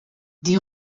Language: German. die